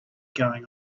going